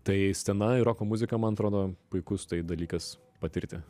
tai scena ir roko muzika man atrodo puikus tai dalykas patirti